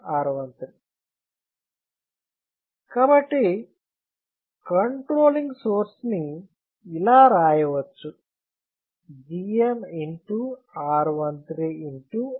R13 కాబట్టి control source ని ఇలా రాయవచ్చు Gm